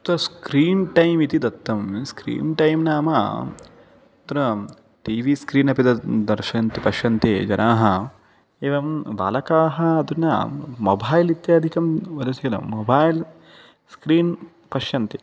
तत् screen time इति दत्तं स्क्रीन् टैम् नाम अत्र टी वी स्क्रीन् अपि द दर्शयन्ति पश्यन्ति जनाः एवं बालकाः अधुना मोभैल् इत्यादिकं वर्सिल मोबैल् स्क्रीन् पश्यन्ति